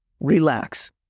relax